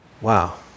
Wow